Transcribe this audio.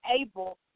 able